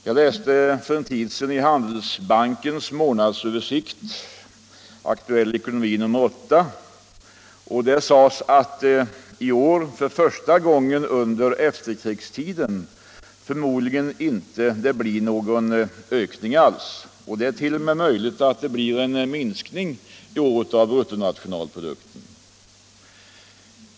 Jag läste för en tid sedan i Handelsbankens månadsöversikt Aktuell Ekonomi nr 8 att det i år — för första gången under efterkrigstiden — förmodligen inte blir någon ökning alls. Det är t.o.m. möjligt att det blir en minskning av bruttonationalprodukten.